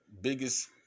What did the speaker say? biggest